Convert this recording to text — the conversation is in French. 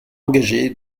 engagé